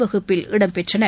வகுப்பில் இடம் பெற்றன